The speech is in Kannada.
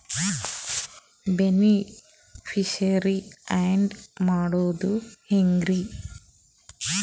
ಬೆನಿಫಿಶರೀ, ಆ್ಯಡ್ ಮಾಡೋದು ಹೆಂಗ್ರಿ?